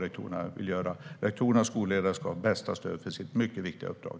Rektorerna och skolledarna ska ha bästa stöd för sitt mycket viktiga uppdrag.